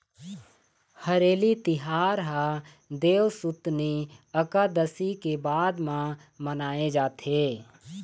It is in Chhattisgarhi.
हरेली तिहार ह देवसुतनी अकादसी के बाद म मनाए जाथे